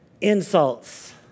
insults